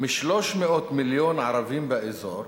"מ-300 מיליון ערבים באזור,